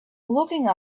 looking